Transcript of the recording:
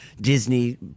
Disney